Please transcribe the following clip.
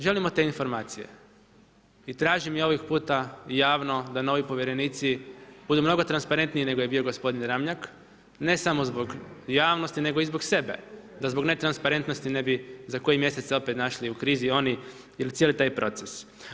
Želimo te informacije i tražimo i ovog puta javno da novi povjerenici budu mnogo transparentniji nego je bio gospodin Ramljak, ne samo zbog javnosti nego i zbog sebe da zbog netransparentnosti ne bi za koji mjesec opet našli u krizi oni ili cijeli taj proces.